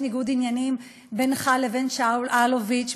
ניגוד עניינים בינך לבין שאול אלוביץ,